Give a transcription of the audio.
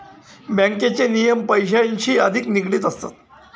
बँकेचे नियम पैशांशी अधिक निगडित असतात